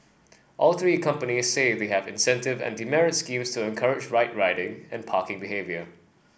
all three companies say they have incentive and demerit schemes to encourage right riding and parking behaviour